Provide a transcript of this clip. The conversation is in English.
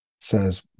says